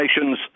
Nations